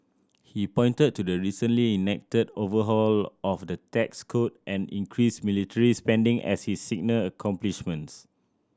he pointed to the recently enacted overhaul of of the tax code and increased military spending as his signal accomplishments